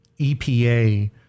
EPA